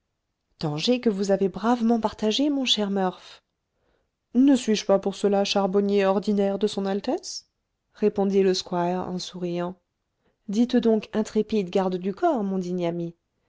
dangers que vous avez bravement partagés mon cher murph ne suis-je pas pour cela charbonnier ordinaire de son altesse répondit le squire en souriant dites donc intrépide garde du corps mon digne ami